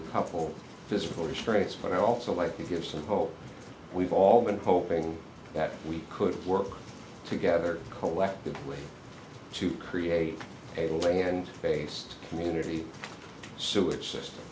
a couple physical restraints but i also like to give some hope we've all been hoping that we could work together collectively to create a living and based community sewer system